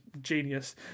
genius